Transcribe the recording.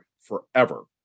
forever